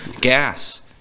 gas